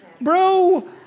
Bro